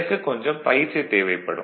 இதற்கு கொஞ்சம் பயிற்சி தேவைப்படும்